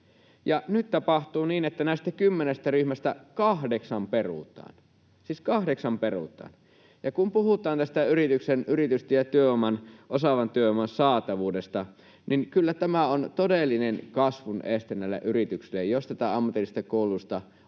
nyt tapahtuu niin, että näistä kymmenestä ryhmästä kahdeksan perutaan, siis kahdeksan perutaan. Kun puhutaan tästä yritysten ja osaavan työvoiman saatavuudesta, niin kyllä tämä on todellinen kasvun este näille yrityksille, jos ammatillista koulutusta,